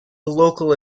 local